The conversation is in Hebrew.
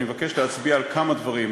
אני מבקש להצביע על כמה דברים,